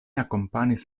akompanis